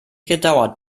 gedauert